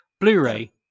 blu-ray